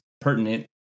pertinent